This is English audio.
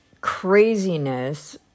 craziness